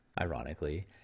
ironically